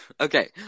Okay